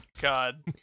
God